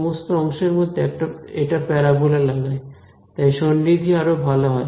সমস্ত অংশের মধ্যে এটা প্যারাবোলা লাগায় তাই সন্নিধি আরো ভালো হয়